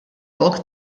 lok